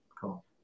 Cool